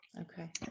Okay